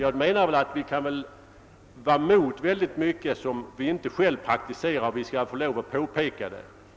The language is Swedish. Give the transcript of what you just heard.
| Jag menar att vi kan vara emot mycket som vi inte själva praktiserar och att vi skall få ha lov att påpeka sådant.